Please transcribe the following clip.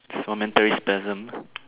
momentary spasm